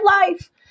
life